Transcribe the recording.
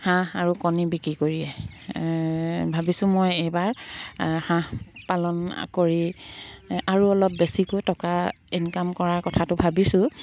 হাঁহ আৰু কণী বিক্ৰী কৰিয়ে ভাবিছোঁ মই এইবাৰ হাঁহ পালন কৰি আৰু অলপ বেছিকৈ টকা ইনকাম কৰাৰ কথাটো ভাবিছোঁ